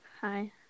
hi